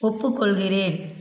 ஒப்புக்கொள்கிறேன்